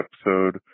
episode